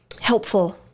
helpful